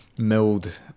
milled